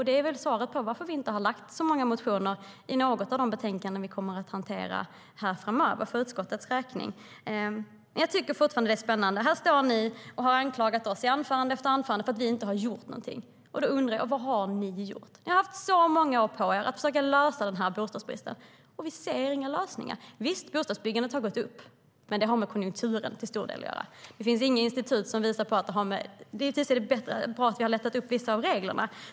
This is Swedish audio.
Det är väl svaret på varför vi inte har väckt så många motioner i något av de betänkanden utskottet kommer att hantera framöver. Ni anklagar oss i anförande efter anförande för att vi inte har gjort något. Då undrar jag bara: Vad har ni gjort? Ni har haft så många år på er att lösa bostadsbristen, men vi ser inga lösningar. Visst, bostadsbyggandet har gått upp, men det har till stor del med konjunkturen att göra. Det är också bra att vi har lättat upp vissa av reglerna.